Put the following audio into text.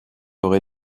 aurait